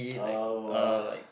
oh